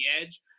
edge